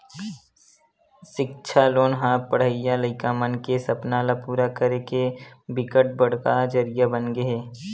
सिक्छा लोन ह पड़हइया लइका मन के सपना ल पूरा करे के बिकट बड़का जरिया बनगे हे